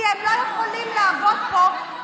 כי הם לא יכולים לעבוד פה,